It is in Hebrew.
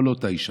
לא לאותה אישה.